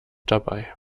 dabei